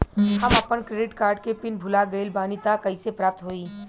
हम आपन credit card के पिन भुला गइल बानी त कइसे प्राप्त होई?